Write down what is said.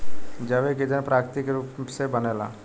जैविक ईधन प्राकृतिक रूप से बनेला